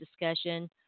discussion